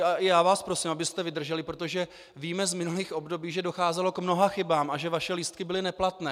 A i já vás prosím, abyste vydrželi, protože víme z minulých období, že docházelo k mnoha chybám a že vaše lístky byly neplatné.